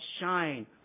shine